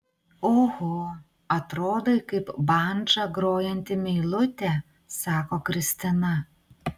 oho atrodai kaip bandža grojanti meilutė sako kristina